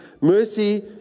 Mercy